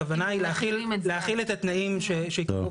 הכוונה היא להחיל את התנאים שייקבעו